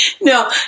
No